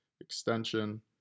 extension